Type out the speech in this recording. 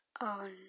on